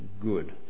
good